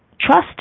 trust